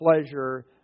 pleasure